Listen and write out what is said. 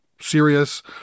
serious